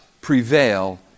prevail